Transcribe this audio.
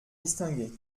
distingués